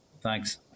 Thanks